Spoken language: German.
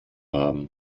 haben